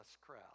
crowd